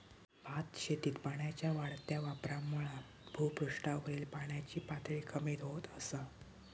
भातशेतीत पाण्याच्या वाढत्या वापरामुळा भुपृष्ठावरील पाण्याची पातळी कमी होत असा